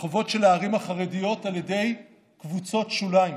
ברחובות של הערים החרדיות על ידי קבוצות שוליים,